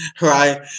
right